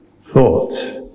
thoughts